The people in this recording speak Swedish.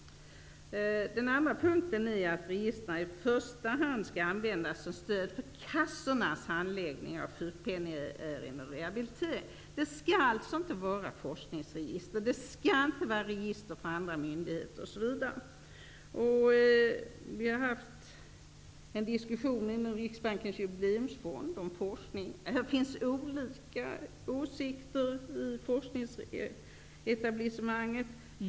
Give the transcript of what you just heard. Den andra punkten är att registren i första hand skall användas som stöd för kassornas handläggning av sjukpenningärenden eller rehabilitering. De skall alltså inte vara forskningsregister eller register för andra myndigheter, osv. Vi har inom Riksbankens jubileumsfond fört en diskussion om forskning. Det finns olika åsikter hos forskningsetablissemanget.